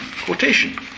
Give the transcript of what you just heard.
quotation